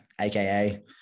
aka